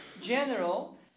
general